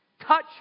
Touch